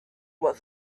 what